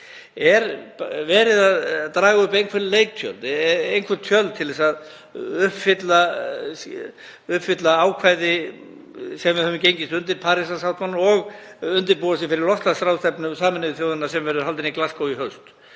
Er verið að draga upp einhver leiktjöld, einhver tjöld til að uppfylla ákvæði sem við höfum gengist undir, Parísarsáttmálann, og undirbúa sig fyrir loftslagsráðstefnu Sameinuðu þjóðanna sem verður haldin í Glasgow í